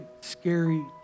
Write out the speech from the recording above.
scary